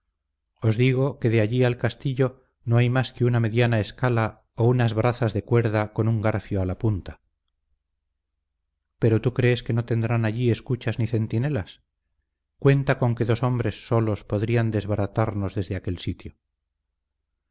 os digo que de allí al castillo no hay más que una mediana escala o unas brazas de cuerda con un garfio a la punta pero crees tú que no tendrán allí escuchas ni centinelas cuenta con que dos hombres solos podrían desbaratarnos desde aquel sitio